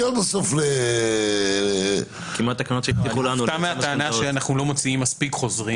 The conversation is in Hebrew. --- אני מופתע מהטענה שאנחנו לא מוציאים מספיק חוזרים.